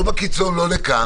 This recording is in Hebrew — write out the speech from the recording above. לא בקיצון לא לכאן